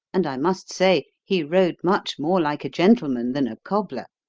and i must say he rode much more like a gentleman than a cobbler.